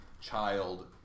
child